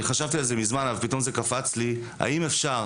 חשבתי על זה מזמן ופתאום זה קפץ לי האם אפשר